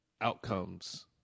outcomes